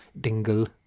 Dingle